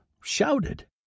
shouted